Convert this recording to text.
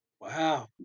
Wow